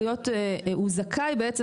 הוא זכאי בעצם,